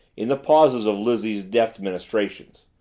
in the pauses of lizzie's deft ministrations.